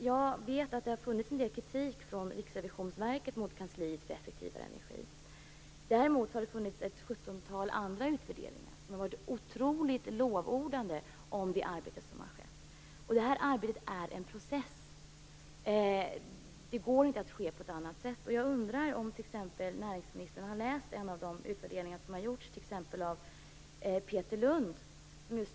Jag vet att det har riktats en del kritik från Riksrevisionsverket mot kansliet för effektivare energi. Å andra sidan har ca 17 utredningar använt mycket starka lovord om det arbete som där har bedrivits. Detta arbete är en process, och det kan inte genomföras på annat sätt. Jag undrar om näringsministern t.ex. har läst den utvärdering som har gjorts av det här arbetet av Peter Lund.